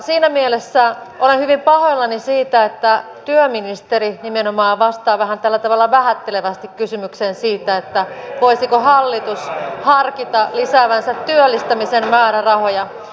siinä mielessä olen hyvin pahoillani siitä että työministeri nimenomaan vastaa vähän tällä tavalla vähättelevästi kysymykseen siitä voisiko hallitus harkita lisäävänsä työllistämisen määrärahoja